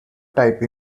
type